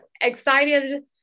excited